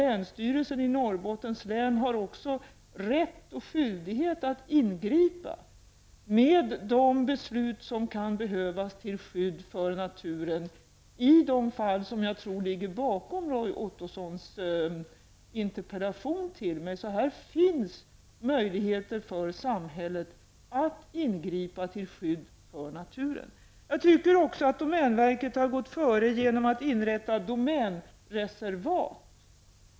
Länsstyrelsen i Norrbottens län har också rätt och skyldighet att ingripa med de beslut som kan behövas till skydd för naturen i de fall som jag tror ligger bakom Roy Ottossons interpellation till mig. Här finns möjligheter för samhället att ingripa till skydd för naturen. Domänverket har gått före genom att inrätta domänreservat.